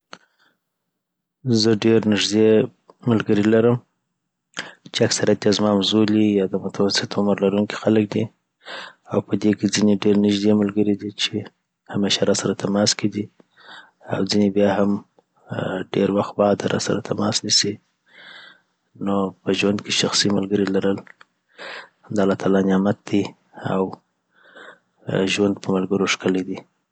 زه ډیر نژدي ملګري لرم چي اکثریت یی زما همزولي یا د متوسط عمر لرونکي خلک دي او پدي کي ځيني ډیر نژدی ملګري دي چي همیشه راسره تماس کي دي او ځيني بيا هم آ ډیر وخت بعده راسره تماس نیسي .نو په ژوند کی شخصي ملګری لرل د الله تعالی نعمت دی او ژوند په ملګرو ښکلی وی